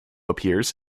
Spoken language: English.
appears